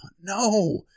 No